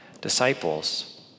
disciples